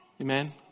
Amen